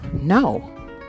no